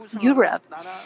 Europe